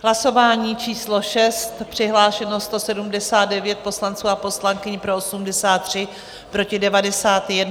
Hlasování číslo 6, přihlášeno 179 poslanců a poslankyň, pro 83, proti 91.